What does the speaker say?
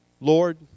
Lord